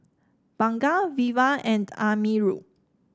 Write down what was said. Bunga Wira and Amirul